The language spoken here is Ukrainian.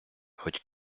хоть